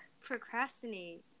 procrastinate